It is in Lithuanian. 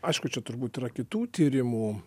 aišku čia turbūt yra kitų tyrimų